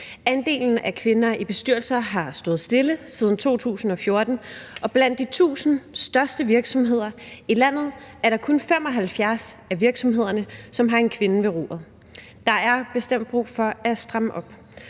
Andelen af kvinder i bestyrelser har stået stille siden 2014, og blandt de 1.000 største virksomheder i landet er det kun 75 af virksomhederne, som har en kvinde ved roret. Der er bestemt brug for at stramme op,